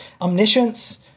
omniscience